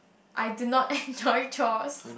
I do not enjoy chores